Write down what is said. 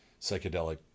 psychedelic